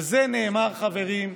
על זה נאמר, חברים,